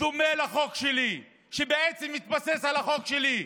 דומה לחוק שלי, שבעצם מתבסס על החוק שלי,